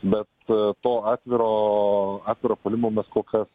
bet to atviro atviro puolimo mes kol kas